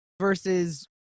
versus